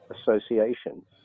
association